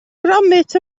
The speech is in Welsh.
gromit